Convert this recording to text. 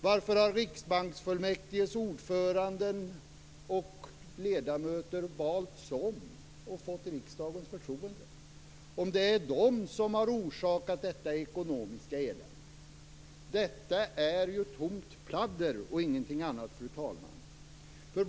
Varför har Riksbanksfullmäktiges ordförande och ledamöter valts om och fått riksdagens förtroende om det är de som har orsakat detta ekonomiska elände? Detta är ju tomt pladder och ingenting annat, fru talman.